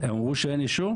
הם אמרו שאין אישור?